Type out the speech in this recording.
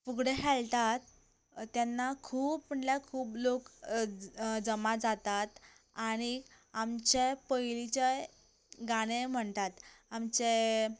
फुगडी खेळटा तेन्ना खूब म्हणल्या खूब लोक जमा जातात आनी आमचें पयलींचे गाणे म्हणटात आमचे